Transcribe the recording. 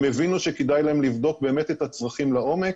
הם הבינו שכדאי להם לבדוק את הצרכים לעומק.